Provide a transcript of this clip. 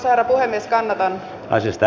arvoisa herra puhemies